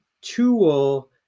tool